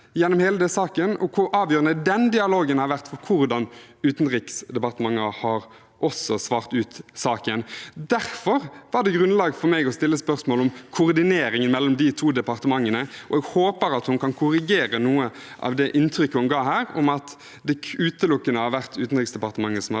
og hvor avgjørende den dialogen har vært også for hvordan Utenriksdepartementet har svart ut saken. Derfor var det grunnlag for meg å stille spørsmål ved koordineringen mellom de to departementene, og jeg håper at utenriksministeren kan korrigere noe av det inntrykket hun ga her om at det utelukkende er Utenriksdepartementet